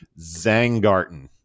Zangarten